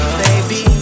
baby